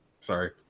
Sorry